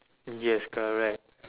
yes correct